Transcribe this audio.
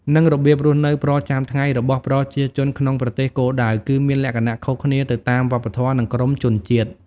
និងរបៀបរស់នៅប្រចាំថ្ងៃរបស់ប្រជាជនក្នុងប្រទេសគោលដៅ គឺមានលក្ខណៈខុសគ្នាទៅតាមវប្បធម៌ និងក្រុមជនជាតិ។